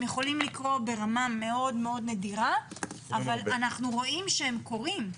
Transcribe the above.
הם יכולים לקרות ברמה מאוד מאוד נדירה אבל אנחנו רואים שהם קורים.